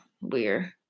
Weird